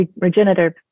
regenerative